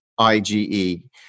IgE